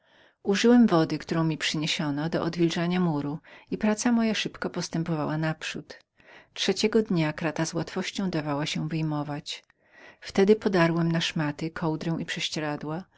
użyłem wody którą mi przyniesiono do odwilżania muru i praca moja z szybkością postępowała trzeciego poranku krata z łatwością dała się wyjmować wtedy podarłem na szmaty kołdrę i prześcieradła